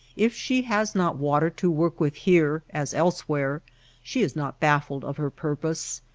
if she has not water to work with here as elsewhere she is not baffled of her purpose.